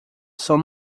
são